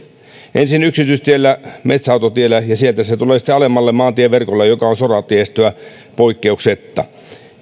ensin yksityistiellä metsäautotiellä ja sieltä se tulee sitten alemmalle maantieverkolle joka on soratiestöä poikkeuksetta